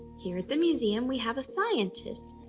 here at the museum, we have a scientist,